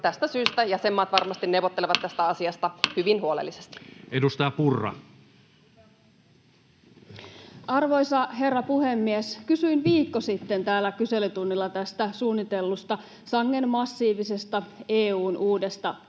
koputtaa] jäsenmaat varmasti neuvottelevat tästä asiasta hyvin huolellisesti. Edustaja Purra. Arvoisa herra puhemies! Kysyin viikko sitten täällä kyselytunnilla tästä suunnitellusta, sangen massiivisesta EU:n uudesta paketista